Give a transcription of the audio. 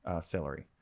Celery